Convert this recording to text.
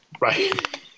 Right